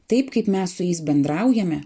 taip kaip mes su jais bendraujame